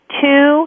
two